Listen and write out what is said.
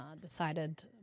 decided